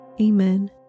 Amen